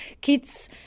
kids